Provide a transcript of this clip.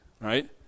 right